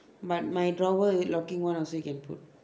but my drawer locking [one] also you can put